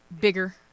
bigger